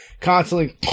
constantly